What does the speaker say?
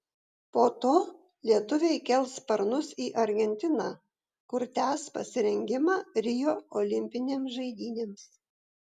po to lietuviai kels sparnus į argentiną kur tęs pasirengimą rio olimpinėms žaidynėms